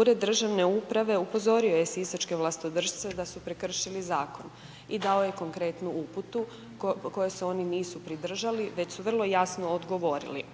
Ured državne uprave upozorio je sisačke vlastodršce da su prekršili zakon i dao je konkretnu uputu koje se oni nisu pridržali, već su vrlo jasno odgovorili